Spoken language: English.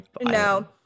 No